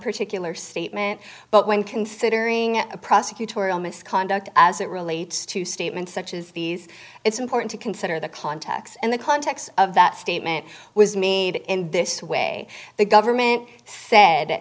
particular statement but when considering a prosecutorial misconduct as it relates to statements such as these it's important to consider the context and the context of that statement was made in this way the government said